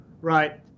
right